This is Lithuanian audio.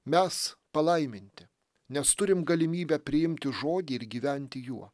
mes palaiminti nes turim galimybę priimti žodį ir gyventi juo